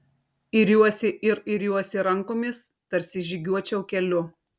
iriuosi ir iriuosi rankomis tarsi žygiuočiau keliu